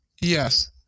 Yes